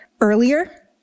earlier